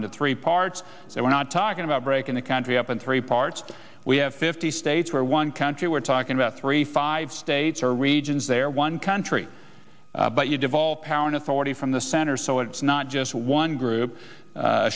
into three parts so we're not talking about breaking the country up in three parts we have fifty states where one country we're talking about three five states or regions they're one country but you devolve power and authority from the center so it's not just one group